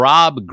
Rob